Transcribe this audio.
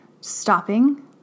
stopping